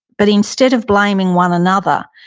but instead of blaming one another,